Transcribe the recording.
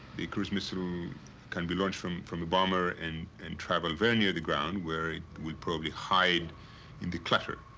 the cruise missile can be launched from from the bomber and and travel very near the ground where it would probably hide in the clutter,